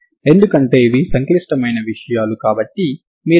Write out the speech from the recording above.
ఎందుకంటే ఇవి సంక్లిష్టమైన విషయాలు కాబట్టి మీరు నేరుగా dy12 i32dx చేస్తే మీరు y 12 i32